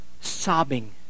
sobbing